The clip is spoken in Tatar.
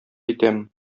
итәм